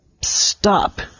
stop